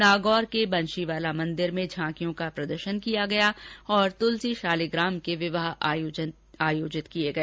नागौर के बंशीवाला मंदिर में झांकियों का प्रदर्शन किया गया और तुलसी शालिग्राम के विवाह आयोजन किए गए